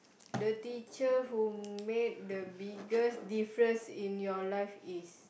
the teacher who made the biggest difference in your life is